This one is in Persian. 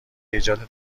ایجاد